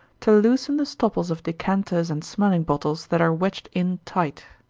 to loosen the stopples of decanters and smelling bottles that are wedged in tight.